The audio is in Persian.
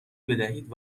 بدهید